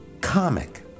comic